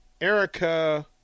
Erica